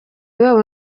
babo